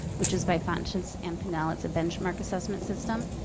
which is by fountas and pinnell. it's a benchmark assessment system,